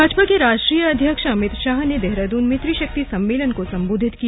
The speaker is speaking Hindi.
भाजपा के राष्ट्रीय अध्यक्ष अमित शाह ने देहरादून में त्रिशक्ति सम्मेलन को संबोधित किया